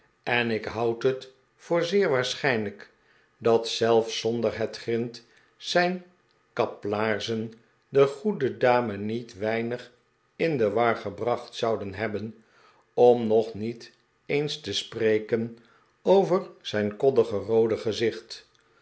en ik houd het voor zeer waarschijnlijk dat zelfs zonder het grint zijn kaplaarzen de goede dame niet weinig in de war gebracht zouden hebben om nog niet eens te spreken over zijn koddige roode gezicht